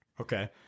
Okay